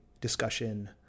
discussion